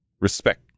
Respect